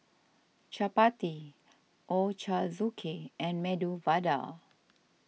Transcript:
Chapati Ochazuke and Medu Vada